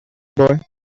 boy